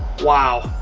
wow.